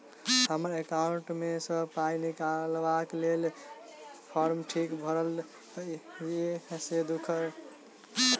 हम्मर एकाउंट मे सऽ पाई निकालबाक लेल फार्म ठीक भरल येई सँ देखू तऽ?